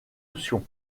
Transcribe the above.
option